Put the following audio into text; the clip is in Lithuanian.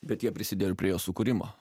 bet jie prisidėjo ir prie jos sukūrimo